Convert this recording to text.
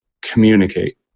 communicate